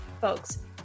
folks